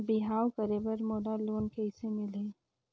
बिहाव करे बर मोला लोन कइसे मिलही?